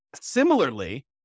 Similarly